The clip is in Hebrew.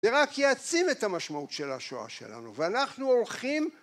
זה רק יעצים את המשמעות של השואה שלנו ואנחנו הולכים